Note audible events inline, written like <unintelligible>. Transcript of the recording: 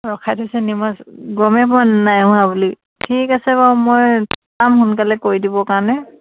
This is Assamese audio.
ৰখাই থৈছে নিম গমেই পোৱা নাই হোৱা বুলি ঠিক আছে বাৰু মই <unintelligible> সোনকালে কৰি দিবৰ কাৰণে